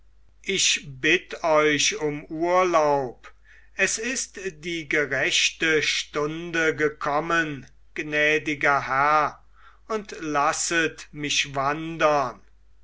ich bitt euch um urlaub es ist die gerechte stunde gekommen gnädiger herr und lasset mich wandern